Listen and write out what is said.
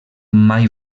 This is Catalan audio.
mai